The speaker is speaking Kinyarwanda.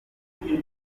benshi